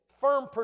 firm